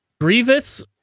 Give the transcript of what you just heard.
Grievous